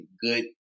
good